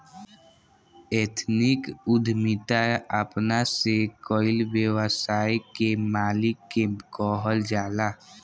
ethnic उद्यमिता अपना से कईल व्यवसाय के मालिक के कहल जाला